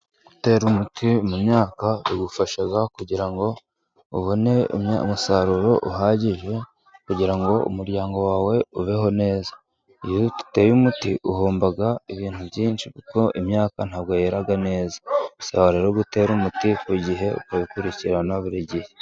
Gutera umuti mu myaka bigufasha kugira ngo ubone umusaruro uhagije, kugira ngo umuryango wawe ubeho neza, iyo udateye umuti uhomba ibintu byinshi, kuko imyaka ntabwo yera neza, bisaba rero gutera umuti ku gihe ukabikurikirana buri gihe.